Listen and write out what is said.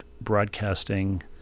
broadcasting